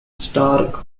stark